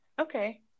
Okay